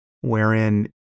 wherein